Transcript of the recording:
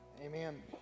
Amen